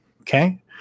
Okay